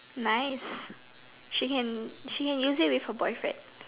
nice she can she can use it with her boyfriend